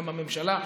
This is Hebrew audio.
גם בממשלה.